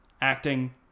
acting